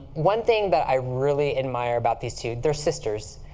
one thing that i really admire about these two they're sisters.